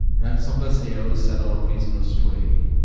ransomless here we set our prisoners free.